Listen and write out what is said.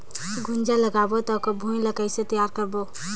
गुनजा लगाबो ता ओकर भुईं ला कइसे तियार करबो?